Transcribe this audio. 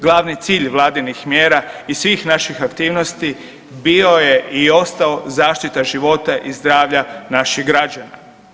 Glavni cilj Vladinih mjera i svih naših aktivnosti bio je i ostao zaštita života i zdravlja naših građana.